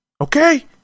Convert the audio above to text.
Okay